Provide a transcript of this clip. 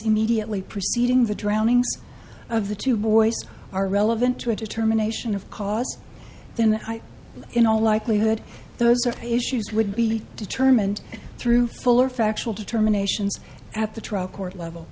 immediately preceding the drowning of the two boys are relevant to a determination of cause then i in all likelihood those are issues would be determined through fuller factual determinations at the trial court level